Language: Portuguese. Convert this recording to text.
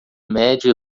médio